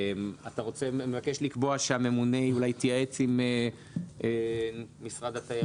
אתה מבקש לקבוע שהממונה יתייעץ עם משרד התיירות?